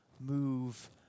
move